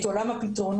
את עולם הפתרונות,